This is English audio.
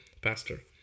pastor